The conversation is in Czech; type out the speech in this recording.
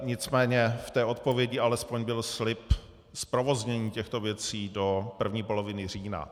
Nicméně v té odpovědi byl alespoň slib zprovoznění těchto věcí do první poloviny října.